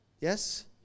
Yes